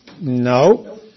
No